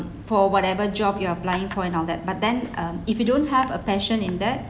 for whatever job you're applying for and all that but then um if you don't have a passion in that